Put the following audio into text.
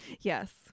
Yes